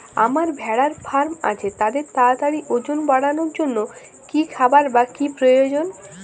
আমার ভেড়ার ফার্ম আছে তাদের তাড়াতাড়ি ওজন বাড়ানোর জন্য কী খাবার বা কী প্রয়োজন?